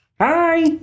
Hi